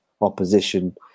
opposition